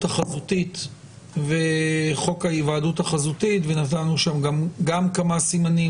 החזותית וחוק ההיוועדות החזותית ונתנו שם גם כמה סימנים,